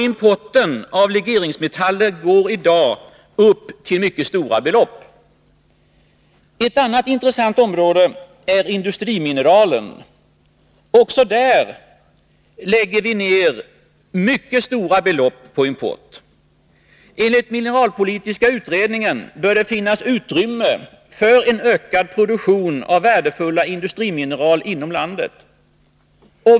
Importen av legeringsmetaller går i dag upp till mycket stora belopp. Ett annat intressant område är industrimineralen. Också där lägger vi ned mycket stora belopp på import. Enligt mineralpolitiska utredningen bör det finnas utrymme för en ökad produktion av värdefulla industrimineral inom landet.